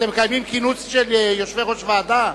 אתם מקיימים כינוס של יושבי-ראש ועדה.